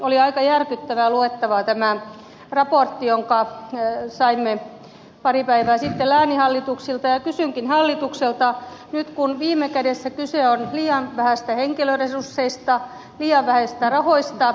oli aika järkyttävää luettavaa tämä raportti jonka saimme pari päivää sitten lääninhallituksilta ja kysynkin hallitukselta nyt kun viime kädessä kyse on liian vähistä henkilöresursseista liian vähistä rahoista